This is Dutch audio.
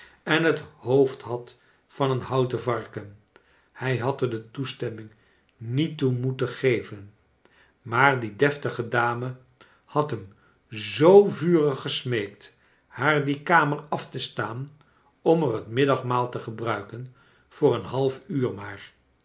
en het hoofd had van een houten varken hij had er de toestemming niet toe moeten geven maar die deftige dame had hem zoo vurig gesmeekt haar die kamer af te staan om er het middagmaal te gebruiken voor een half uur